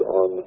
on